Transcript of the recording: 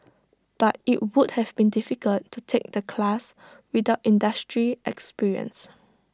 but IT would have been difficult to take the class without industry experience